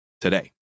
today